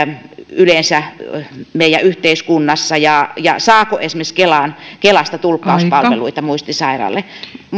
yleensä meidän yhteiskunnassamme ja ja saako esimerkiksi kelasta tulkkauspalveluita muistisairaalle